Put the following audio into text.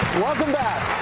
welcome back.